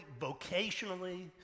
vocationally